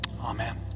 Amen